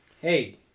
Hey